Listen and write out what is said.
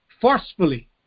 forcefully